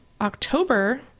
October